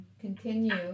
continue